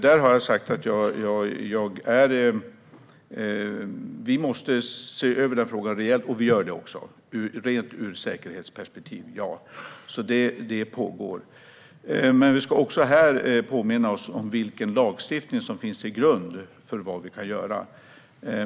Jag har sagt att vi måste se över frågan rejält, och det gör vi också ur ett rent säkerhetsperspektiv. Det pågår. Vi ska dock påminna oss om vilken lagstiftningsgrund vi har för vad vi kan göra.